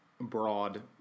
broad